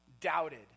doubted